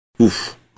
oof